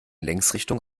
längsrichtung